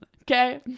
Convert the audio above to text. Okay